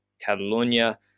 Catalonia